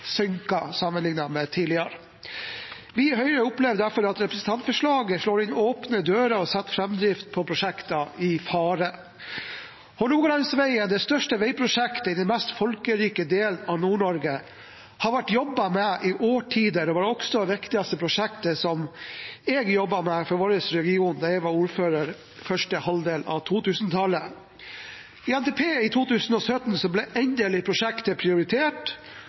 med tidligere. Vi i Høyre opplever derfor at representantforslaget slår inn åpne dører og setter framdrift av prosjekter i fare. Hålogalandsvegen, det største veiprosjektet i den mest folkerike delen av Nord-Norge, har det vært jobbet med i årtier. Det var også det viktigste prosjektet som jeg jobbet med for vår region da jeg var ordfører første halvdel av 2000-tallet. I NTP i 2017 ble endelig prosjektet prioritert,